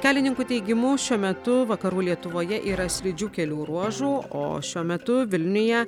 kelininkų teigimu šiuo metu vakarų lietuvoje yra slidžių kelių ruožų o šiuo metu vilniuje